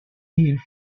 here